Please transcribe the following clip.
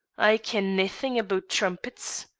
i ken naething aboot trumpets,